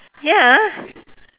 ya